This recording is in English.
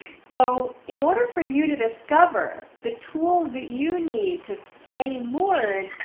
so in order for you to discover the tools that you need to stay moored,